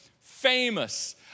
famous